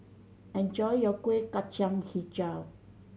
enjoy your Kueh Kacang Hijau